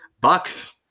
Bucks